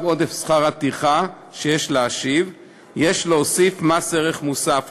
עודף שכר הטרחה שיש להשיב יש להוסיף מס ערך מוסף.